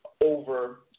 over